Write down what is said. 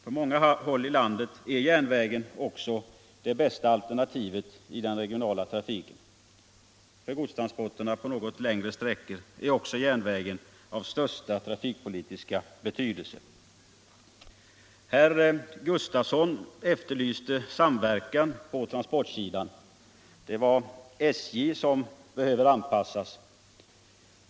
På många håll i landet är järnvägen också det bästa alternativet i den regionala trafiken. För godstransporterna på något längre sträckor är vidare järnvägen av största trafikpolitiska betydelse. Herr Sven Gustafson i Göteborg efterlyste samverkan på transportsidan. Han menade att det var SJ som behöver anpassas.